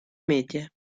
medie